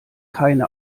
keine